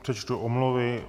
Přečtu omluvy.